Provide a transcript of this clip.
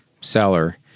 Seller